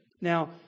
Now